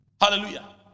Hallelujah